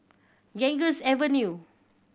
Ganges Avenue